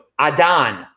Adan